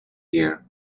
year